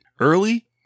early